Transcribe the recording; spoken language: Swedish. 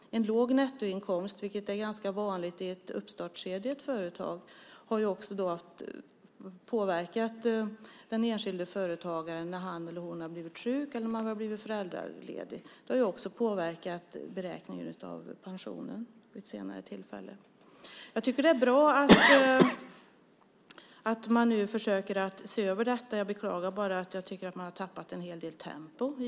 En låg nettoinkomst, vilket är vanligt i ett uppstartsskede i ett företag, har påverkat den enskilde företagaren när han eller hon har blivit sjuk eller föräldraledig. Det har också påverkat beräkningen av pensionen. Det är bra att man nu försöker se över detta. Jag beklagar bara att man har tappat i tempo.